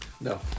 No